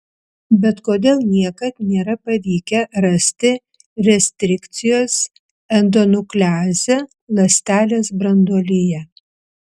bet kodėl niekad nėra pavykę rasti restrikcijos endonukleazę ląstelės branduolyje